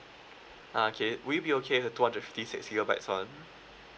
okay will you be okay with the two hundred fifty six gigabytes [one]